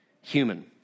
human